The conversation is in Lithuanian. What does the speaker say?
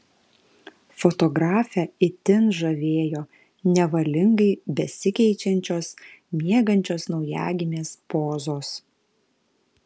fotografę itin žavėjo nevalingai besikeičiančios miegančios naujagimės pozos